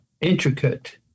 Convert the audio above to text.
intricate